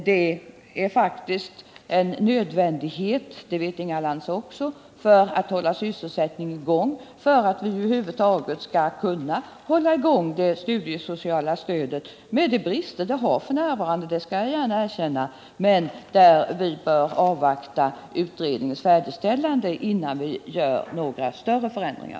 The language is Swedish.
Det är faktiskt nödvändigt, det vet Inga Lantz också, att hålla sysselsättningen i gång för att vi över huvud taget skall kunna hålla i gång det studiesociala stödsystemet med de brister det har f. n. Jag skall erkänna att det finns brister, men vi bör avvakta utredningens färdigställande innan vi gör några större förändringar.